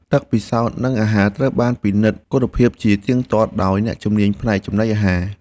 ទឹកពិសោធន៍និងអាហារត្រូវបានពិនិត្យគុណភាពជាទៀងទាត់ដោយអ្នកជំនាញផ្នែកចំណីអាហារ។